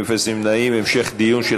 אדוני היושב-ראש?